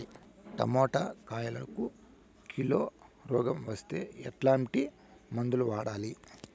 Tomato కాయలకు kilo రోగం వస్తే ఎట్లాంటి మందులు వాడాలి?